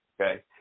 okay